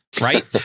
Right